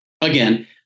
again